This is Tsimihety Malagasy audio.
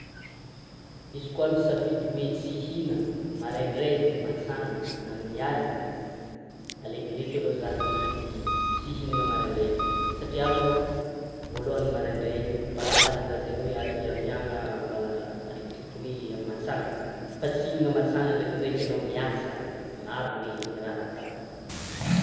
izy koa misafidy hoe tsy hihinana maraindraigny, mantsana, na amin'ny aliny, alekoleko alôha za mifdy tsy hihinana marandraigny, satria malôha voalohany maraindraigny mbola azo lazainy hoe azo iafiana mbola marikidrikidry hoe amin'ny mantsana, fa tsy hihinana mantsana ndrekindreky anao miasa, maro le raha atao.